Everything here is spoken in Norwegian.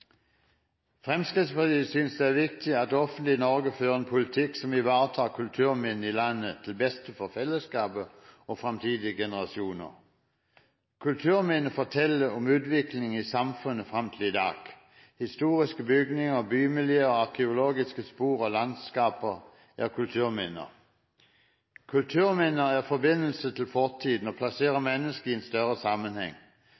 Fremskrittspartiet synes det er viktig at det offentlige Norge fører en politikk som ivaretar kulturminnene i landet, til beste for fellesskapet og fremtidige generasjoner. Kulturminner forteller om utviklingen i samfunnet fram til i dag. Historiske bygninger, bymiljøer, arkeologiske spor og landskaper er kulturminner. Kulturminner er forbindelse til